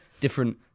different